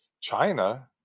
China